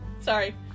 Sorry